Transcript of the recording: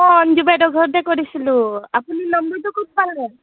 অঁ অঞজু বাইদেউ ঘৰতে কৰিছিলোঁ আপুনি নম্বৰটো ক'ত পালে